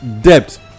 Debt